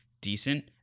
decent